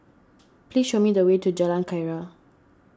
please show me the way to Jalan Keria